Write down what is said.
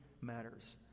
matters